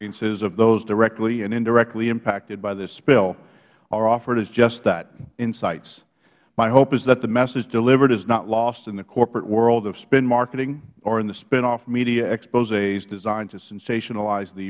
experiences of those directly and indirectly impacted by this spill are offered as just that insights my hope is that the message delivered is not lost in the corporate world of spin marketing or in the spinoff media exposes designed to sensationalize the